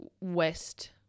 west